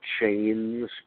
chains